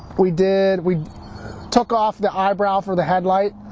we did, we took off the eyebrow for the headlight,